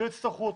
שלא יצטרכו אותו,